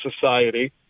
society